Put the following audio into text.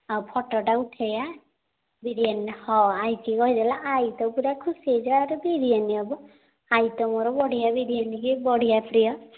ଆଉ ଫୋଟୋଟା ଉଠେଇବା ବିରିୟାନୀର ହଁ ଆଇଙ୍କୁ କହିଦେଲେ ଆଇ ତ ପୁରା ଖୁସି ହେଇଯିବ ଆରେ ବିରିୟାନୀ ହବ ଆଇ ତ ମୋର ବଢ଼ିଆ ବିରିୟାନୀ କି ବଢ଼ିଆ ପ୍ରିୟ